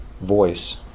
voice